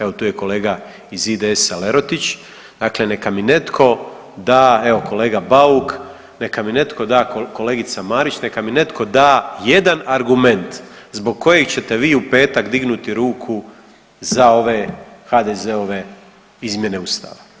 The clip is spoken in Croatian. Evo, tu je kolega iz IDS-a, Lerotić, dakle neka mi netko da, evo, kolega Bauk, neka mi netko da, kolegica Marić, neka mi netko da jedan argument zbog kojeg ćete vi u petak dignuti ruku za ove HDZ-ove izmjene Ustava.